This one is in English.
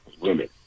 women